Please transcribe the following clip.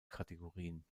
kategorien